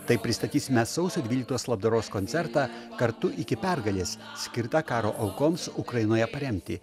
taip pristatysime sausio dvyliktos labdaros koncertą kartu iki pergalės skirtą karo aukoms ukrainoje paremti